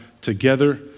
together